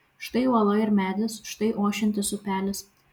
štai uola ir medis štai ošiantis upelis